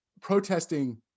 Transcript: protesting